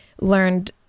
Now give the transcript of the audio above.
learned